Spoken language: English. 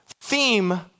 theme